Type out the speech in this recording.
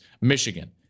Michigan